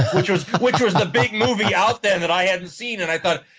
which was which was the big movie out then that i hadn't seen. and i thought,